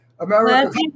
America